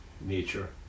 nature